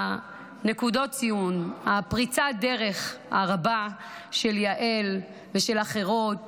נקודות הציון, פריצת הדרך הרבה של יעל ושל אחרות